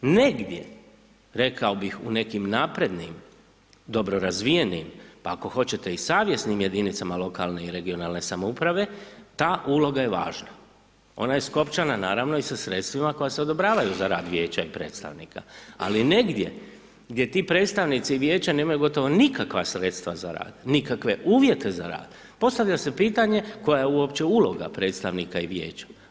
Negdje, rekao bih, u nekim naprednim, dobro razvijenim, pa ako hoćete i savjesnim jedinicama lokalne i regionalne samouprave, ta uloga je važna, ona je skopčana naravno i sa sredstvima koja se odobravaju za rad vijeća i predstavnika, ali negdje gdje ti predstavnici vijeća nemaju gotovo nikakva sredstva za rad, nikakve uvjete za rad, postavlja se pitanje koja je uopće uloga predstavnika i vijeća?